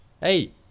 Hey